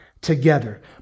together